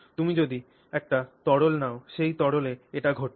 তুমি যদি একটি তরল নাও সেই তরলে এটি ঘটছে